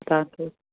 तव्हांखे